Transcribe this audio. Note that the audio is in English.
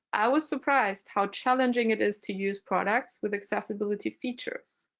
i was surprised how challenging it is to use products with accessibility features.